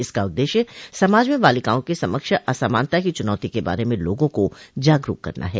इसका उद्देश्य समाज में बालिकाओं के समक्ष असमानता की चुनौती के बारे में लोगों को जागरूक करना है